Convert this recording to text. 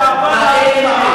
אני מדבר באהבה לעם שלי.